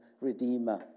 redeemer